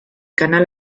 canal